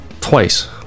twice